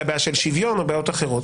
זה גם עיקרון השוויון לכל ילד.